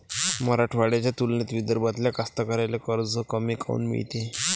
मराठवाड्याच्या तुलनेत विदर्भातल्या कास्तकाराइले कर्ज कमी काऊन मिळते?